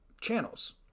channels